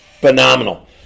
phenomenal